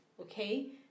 okay